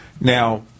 Now